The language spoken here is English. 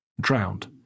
drowned